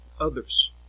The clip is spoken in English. others